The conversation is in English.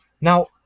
Now